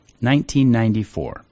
1994